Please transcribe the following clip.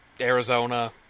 Arizona